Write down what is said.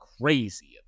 crazy